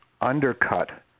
undercut